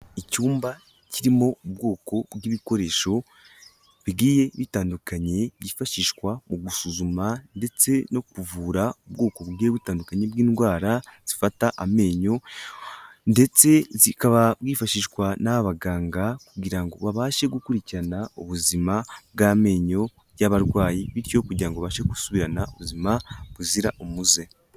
Icyumba kirimo ubwoko bw'ibikoresho bigiye bitandukanye, byifashishwa mu gusuzuma ndetse no kuvura ubwoko bugiye butandukanye bw'indwara zifata amenyo, ndetse zikaba bwifashishwa n'aba baganga kugira ngo babashe gukurikirana ubuzima bw'amenyo y'abarwayi, bityo kugira ngo babashe gusubirana ubuzima buzira umuze.